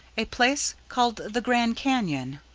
a place called the grand canyon.